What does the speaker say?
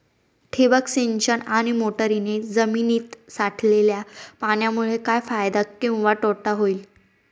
ठिबक सिंचन आणि मोटरीने जमिनीत सोडलेल्या पाण्यामुळे काय फायदा किंवा तोटा होईल?